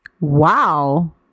wow